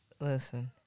Listen